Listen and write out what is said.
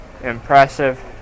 Impressive